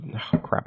crap